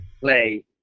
play